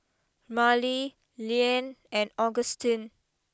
Marely Leann and Agustin